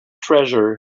treasure